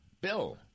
bill